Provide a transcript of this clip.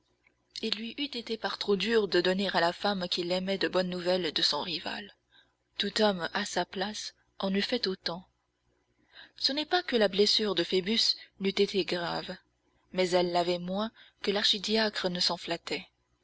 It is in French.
il lui eût été par trop dur de donner à la femme qu'il aimait de bonnes nouvelles de son rival tout homme à sa place en eût fait autant ce n'est pas que la blessure de phoebus n'eût été grave mais elle l'avait été moins que l'archidiacre ne s'en flattait